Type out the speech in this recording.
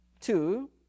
two